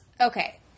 Okay